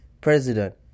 president